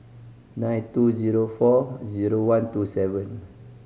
nine two zero four zero one two seven